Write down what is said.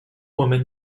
woman